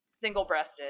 single-breasted